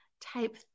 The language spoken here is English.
Type